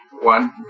one